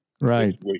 Right